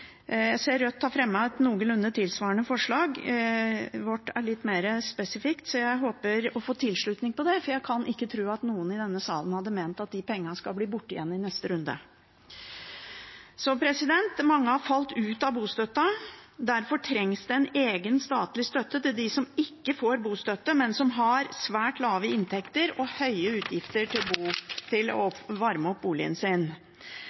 Jeg ser at Rødt har fremmet et noenlunde tilsvarende forslag. Vårt forslag er litt mer spesifikt, så jeg håper å få tilslutning til det, for jeg kan ikke tro at noen i denne salen har ment at de pengene skal bli borte igjen i neste runde. Mange har falt ut av bostøtteordningen. Derfor trengs det en egen statlig støtte til dem som ikke får bostøtte, men som har svært lave inntekter og høye utgifter til å varme opp boligen sin.